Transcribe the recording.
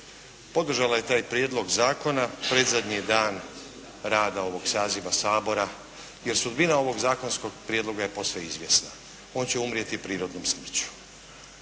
Podržala je taj prijedlog zakona predzadnji dan rada ovog saziva Sabora jer sudbina ovog zakonskog prijedloga je posve izvjesna. On će umrijeti prirodnom smrću,